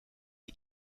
die